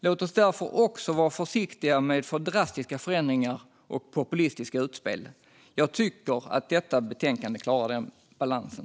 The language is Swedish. Låt oss därför vara försiktiga med alltför drastiska förändringar och populistiska utspel. Jag tycker att detta betänkande klarar den balansen.